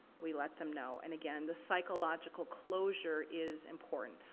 we let them know. and again, the psychological closure is important.